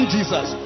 Jesus